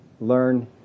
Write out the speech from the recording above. Learn